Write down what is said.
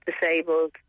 disabled